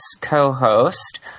co-host